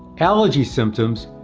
allergy symptoms,